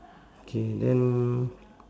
K then